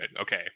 Okay